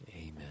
Amen